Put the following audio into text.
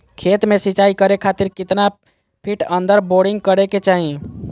खेत में सिंचाई करे खातिर कितना फिट अंदर बोरिंग करे के चाही?